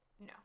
No